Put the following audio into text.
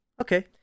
Okay